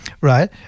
Right